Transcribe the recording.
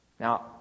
Now